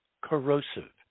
corrosive